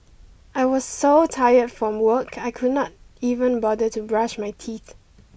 I was so tired from work I could not even bother to brush my teeth